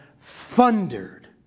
thundered